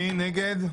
מי נגד?